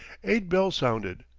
eight bells sounded,